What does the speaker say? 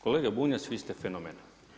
Kolega Bunjac, vi ste fenomen.